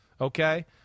Okay